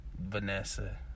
Vanessa